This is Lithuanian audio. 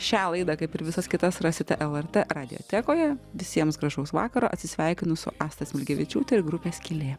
šią laidą kaip ir visas kitas rasite lrt radiotekoje visiems gražaus vakaro atsisveikinu su asta smilgevičiūte ir grupe skylė